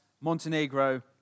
Montenegro